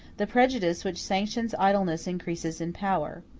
the prejudice which sanctions idleness increases in power.